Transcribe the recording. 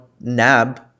NAB